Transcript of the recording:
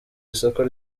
isoko